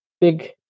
big